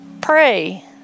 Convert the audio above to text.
Pray